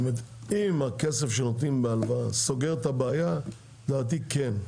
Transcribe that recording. אם הכסף שנותנים בהלוואה סוגר את הבעיה לדעתי כן,